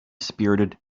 spirited